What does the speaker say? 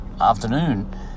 afternoon